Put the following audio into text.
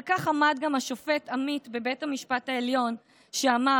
על כך עמד גם השופט עמית בבית המשפט העליון כשאמר: